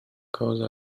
cauza